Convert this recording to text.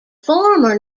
former